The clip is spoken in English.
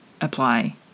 apply